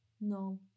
No